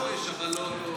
--- על זה לא תקבל ממני תעודה.